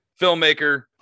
filmmaker